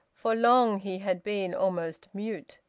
for long he had been almost mute.